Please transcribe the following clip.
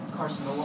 Carson